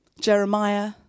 Jeremiah